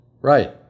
Right